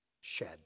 shed